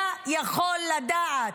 היה יכול לדעת.